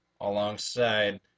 Alongside